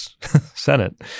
Senate